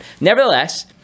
Nevertheless